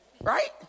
Right